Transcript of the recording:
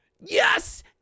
Yes